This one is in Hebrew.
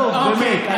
באמת.